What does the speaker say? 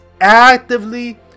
Actively